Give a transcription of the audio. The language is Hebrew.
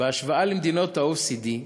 בהשוואה למדינות ה-OECD,